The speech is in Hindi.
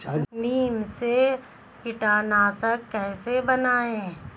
नीम से कीटनाशक कैसे बनाएं?